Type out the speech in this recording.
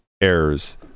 errors